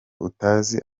utazi